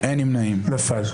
נפל.